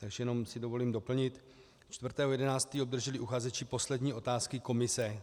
Takže jenom si dovolím doplnit: 4. 11. obdrželi uchazeči poslední otázky komise.